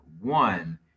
one